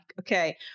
okay